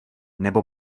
nebo